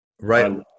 Right